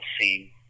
scene